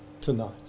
tonight